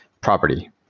property